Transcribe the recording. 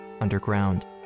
underground